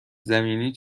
زمینی